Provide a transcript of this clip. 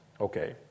Okay